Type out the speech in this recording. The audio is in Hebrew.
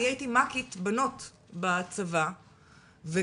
אני הייתי מ"כית בנות בצבא וכשילדים